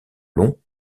longs